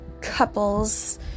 couples